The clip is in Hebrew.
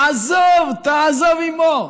"עזב תעזב עמו".